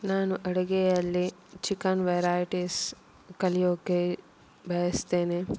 ನಾನು ಅಡುಗೆಯಲ್ಲಿ chicken varieties ಕಲಿಯೋಕ್ಕೆ ಬಯಸ್ತೇನೆ